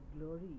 glory